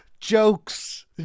jokes